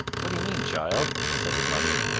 what do you mean, child? said his mother.